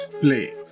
play